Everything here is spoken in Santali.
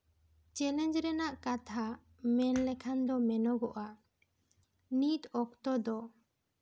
ᱪᱮᱞᱮᱧᱡ ᱨᱮᱭᱟᱜ ᱠᱟᱛᱷᱟ ᱢᱮᱱ ᱞᱮᱠᱷᱟᱱ ᱫᱚ ᱢᱮᱱᱜᱚᱜᱼᱟ ᱱᱤᱛ ᱚᱠᱛᱚ ᱫᱚ